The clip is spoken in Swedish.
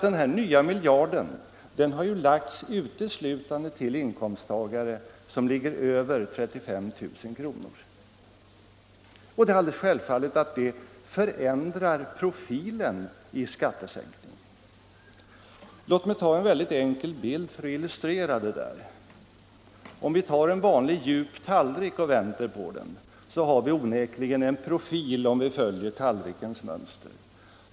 Den här nya miljarden har lagts uteslutande till inkomsttagare som ligger över 35 000 kr. Det är alldeles självfallet att det förändrar profilen hos skattesänkningen. Låt mig med ett mycket enkelt exempel illustrera det. Om vi tar en vanlig djup tallrik och vänder på den ser vi onekligen en profil som följer tallrikens mönster.